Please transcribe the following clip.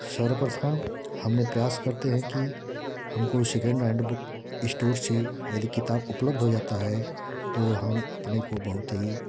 सर्वप्रथम हमने प्रयास करते हैं कि हमको सेकेंड हैंड बुक इश्टोर से यदि किताब उपलब्ध हो जाता है तो हम अपने को बहुत ही